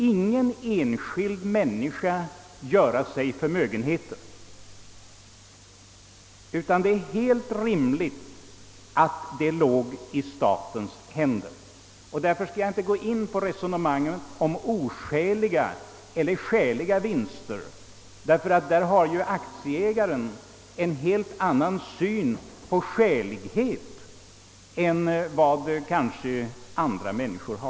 Ingen enskild person skulle få göra sig förmögenheter på denna verksamhet, utan det enda rimliga är att den skulle ligga i statens händer. Därför skall jag inte heller gå in på ett resonemang om skäliga eller oskäliga vinster. Därvidlag har aktieägaren en helt annan syn än vad många andra människor har.